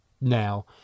now